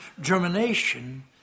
germination